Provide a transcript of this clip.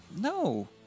No